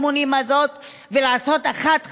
האמונים הזאת ולעשות אחת חדשה,